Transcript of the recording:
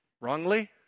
wrongly